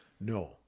no